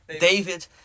David